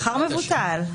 מחר מבוטל?